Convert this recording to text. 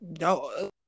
No